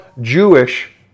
Jewish